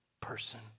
person